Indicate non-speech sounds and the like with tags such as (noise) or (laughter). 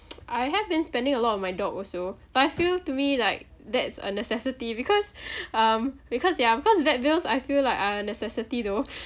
(noise) I have been spending a lot on my dog also but I feel to me like that's a necessity because (laughs) um because ya because vet bills I feel like are necessity though